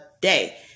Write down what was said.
day